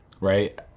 right